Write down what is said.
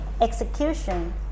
execution